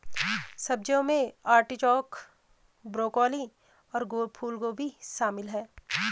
सब्जियों में artichoke, broccoli और फूलगोभी शामिल है